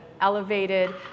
elevated